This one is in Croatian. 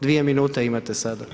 Dvije minute imate sada.